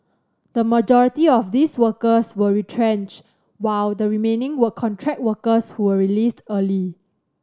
the majority of these workers were retrenched while the remaining were contract workers who were released early